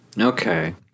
Okay